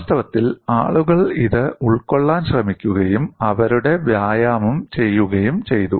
വാസ്തവത്തിൽ ആളുകൾ ഇത് ഉൾക്കൊള്ളാൻ ശ്രമിക്കുകയും അവരുടെ വ്യായാമം ചെയ്യുകയും ചെയ്തു